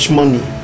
money